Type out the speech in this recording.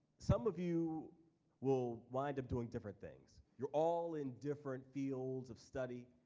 some of you will wind up doing different things. you're all in different fields of study.